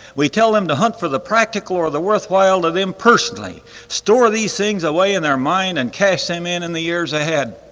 we tell him to hunt for the practical or the worthwhile to them personally store these things away in their mind and cash them in in the years ahead.